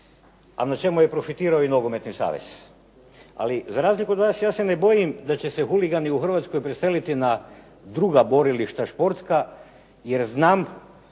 na čemu je profitirao i nogometni savez. Ali za razliku od vas ja se ne bojim da će se huligani u Hrvatskoj preseliti na druga borilišta športska jer znam